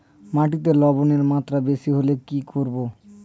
মাটিতে লবণের মাত্রা বেশি হলে কি করব?